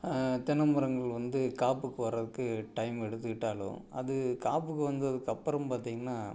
தென்னமரங்கள் வந்து காப்புக்கு வர்றதுக்கு டைம் எடுத்துக்கிட்டாலும் அது காப்புக்கு வந்ததுக்கு அப்புறம் பார்த்திங்கன்னா